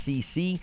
SEC